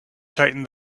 tightened